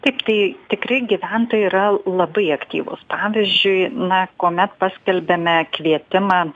taip tai tikrai gyventojai yra labai aktyvūs pavyzdžiui na kuomet paskelbėme kvietimą